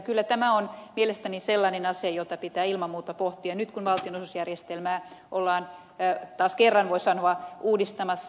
kyllä tämä on mielestäni sellainen asia jota pitää ilman muuta pohtia nyt kun valtionosuusjärjestelmää ollaan taas kerran voi sanoa uudistamassa